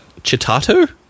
Chitato